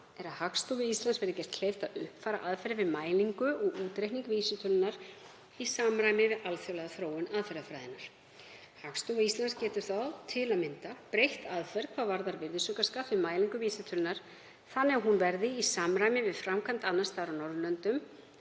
er að Hagstofu Íslands verði gert kleift að uppfæra aðferðir við mælingu og útreikning vísitölunnar í samræmi við alþjóðlega þróun aðferðafræðinnar. Hagstofa Íslands getur þá m.a. breytt aðferð hvað varðar virðisaukaskatt við mælingu vísitölunnar svo að hún verði í samræmi við framkvæmd annars staðar á Norðurlöndum